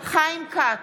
חיים כץ,